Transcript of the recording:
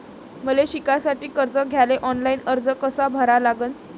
मले शिकासाठी कर्ज घ्याले ऑनलाईन अर्ज कसा भरा लागन?